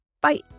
Bye